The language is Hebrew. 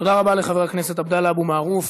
תודה רבה לחבר הכנסת עבדאללה אבו מערוף.